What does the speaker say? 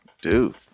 dude